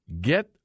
get